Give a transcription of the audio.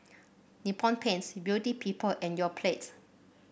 Nippon Paint Beauty People and Yoplait